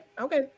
okay